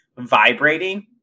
vibrating